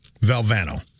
Valvano